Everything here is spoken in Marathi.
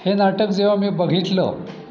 हे नाटक जेव्हा मी बघितलं